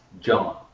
John